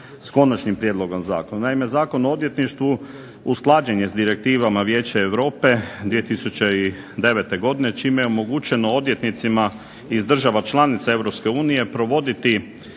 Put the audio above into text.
s Konačnim prijedlogom zakona. Naime, Zakon o odvjetništvu usklađen je s direktivama Vijeća Europe 2009. godine čime je omogućeno državnim odvjetnicima iz država članica EU provoditi